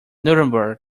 nuremberg